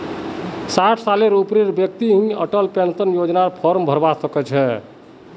साठ साल स ऊपरेर व्यक्ति ही अटल पेन्शन योजनार फार्म भरवा सक छह